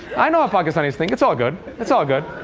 i know pakistanis think. it's all good. it's all good.